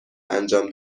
انجام